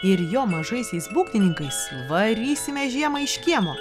ir jo mažaisiais būgnininkais varysime žiemą iš kiemo